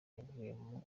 yavuyemo